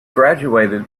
graduated